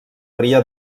ria